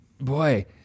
boy